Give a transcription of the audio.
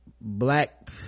black